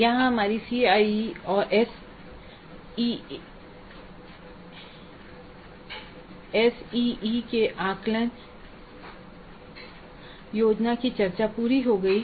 यहां हमारी सीआईई और एसई है के आंकलन योजना की चर्चा पूरी हो गई है